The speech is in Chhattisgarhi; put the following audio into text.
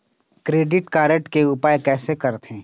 क्रेडिट कारड के उपयोग कैसे करथे?